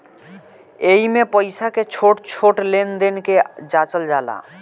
एइमे पईसा के छोट छोट लेन देन के जाचल जाला